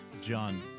John